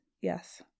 Yes